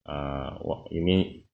ah what you mean